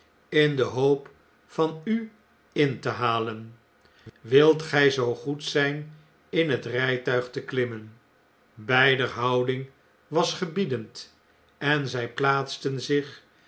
in de hoop van u in te halen wilt gij zoo goed zijn in het rijtuig te klimmen beider houding was gebiedend en zy plaatsten zich